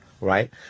Right